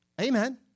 Amen